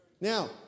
Now